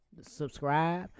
subscribe